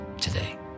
today